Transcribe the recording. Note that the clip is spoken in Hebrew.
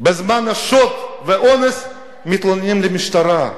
בזמן שוד ואונס מתלוננים למשטרה.